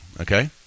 Okay